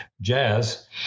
jazz